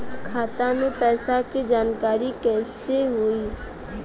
खाता मे पैसा के जानकारी कइसे होई?